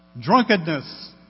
Drunkenness